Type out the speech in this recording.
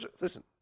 Listen